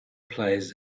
plays